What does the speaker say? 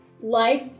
life